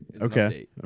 Okay